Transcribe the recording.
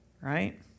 Right